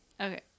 Okay